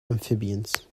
amphibians